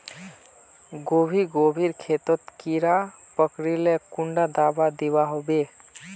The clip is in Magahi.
गोभी गोभिर खेतोत कीड़ा पकरिले कुंडा दाबा दुआहोबे?